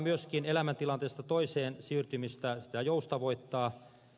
myöskin elämäntilanteesta toiseen siirtymistä täytyy joustavoittaa